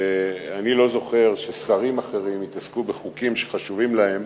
אני לא זוכר ששרים אחרים התעסקו בחוקים שחשובים להם